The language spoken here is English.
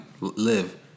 Live